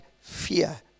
fear